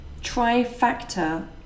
TriFactor